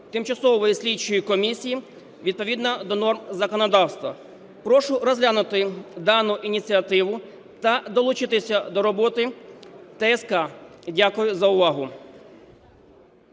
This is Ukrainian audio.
тимчасовій слідчій комісії відповідно до норм законодавства. Прошу розглянути дану ініціативу та долучитися до роботи ТСК. Дякую за увагу.